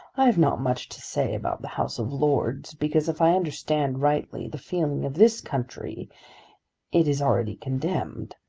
i have not much to say about the house of lords, because if i understand rightly the feeling of this country it is already condemned.